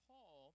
Paul